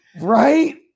right